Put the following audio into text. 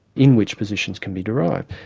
in which positions can be derived.